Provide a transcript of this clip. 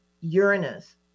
Uranus